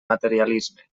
materialisme